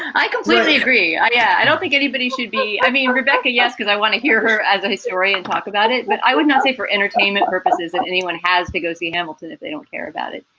i completely agree. yeah. i don't think anybody should be. i mean, rebecca. yes. because i want to hear her as a story and talk about it. but i would not say for entertainment purposes that anyone has to go see hamilton if they don't care about it.